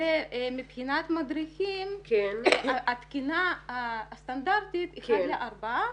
סוציאלית ומבחינת מדריכים התקינה הסטנדרטית אחד לארבעה